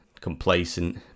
Complacent